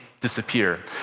disappear